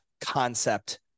concept